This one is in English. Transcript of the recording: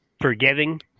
forgiving